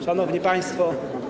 Szanowni Państwo!